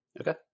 Okay